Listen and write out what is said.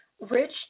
Rich